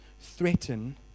threaten